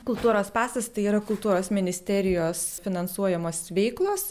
kultūros pasas tai yra kultūros ministerijos finansuojamos veiklos